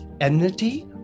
enmity